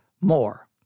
more